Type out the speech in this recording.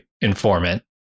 informant